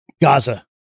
Gaza